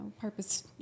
purpose